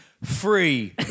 Free